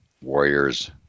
Warriors